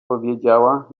powiedziała